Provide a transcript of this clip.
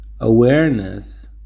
Awareness